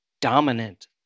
dominant